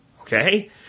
Okay